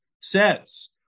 says